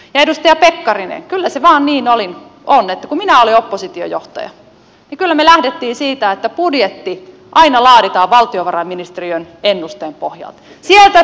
ja edustaja pekkarinen kyllä se vain niin on että kun minä olin oppositiojohtaja kyllä me lähdimme siitä että budjetti aina laaditaan valtiovarainministeriön ennusteen pohjalta